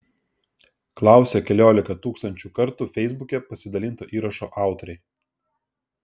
klausia keliolika tūkstančių kartų feisbuke pasidalinto įrašo autoriai